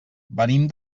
venim